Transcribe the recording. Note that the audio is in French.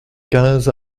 quinze